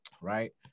Right